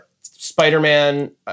Spider-Man